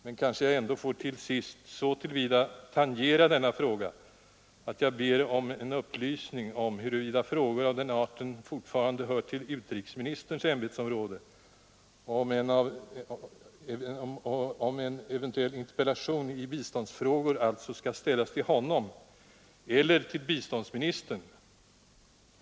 Men kanske jag ändå till sist så till vida får tangera denna fråga att jag ber om en upplysning om huruvida frågor av den arten fortfarande hör till utrikesministerns ämbetsområden, om en interpellation i biståndsfrågor skall ställas till honom eller till ministern för biståndsfrågor.